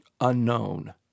unknown